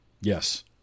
Yes